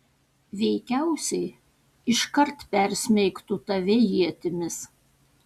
veikiausiai iškart persmeigtų tave ietimis